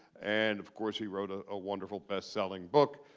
and of course, he wrote a ah wonderful bestselling book,